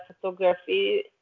photography